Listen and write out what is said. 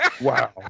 Wow